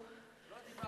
לאן הם ילכו?